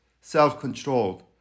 self-controlled